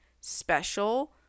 special